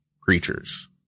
creatures